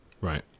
Right